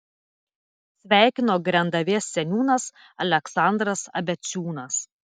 sveikino grendavės seniūnas aleksandras abeciūnas